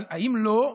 אבל אם לא,